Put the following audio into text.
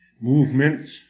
movements